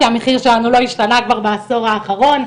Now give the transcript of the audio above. כי המחיר שלנו לא השתנה בעשור האחרון.